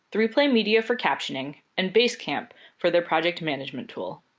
three play media for captioning, and basecamp for their project management tool.